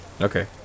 Okay